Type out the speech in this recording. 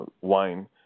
wine